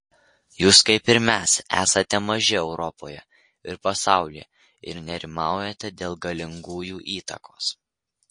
jūs kaip ir mes esate maži europoje ir pasaulyje ir nerimaujate dėl galingųjų įtakos